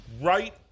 right